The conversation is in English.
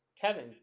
Kevin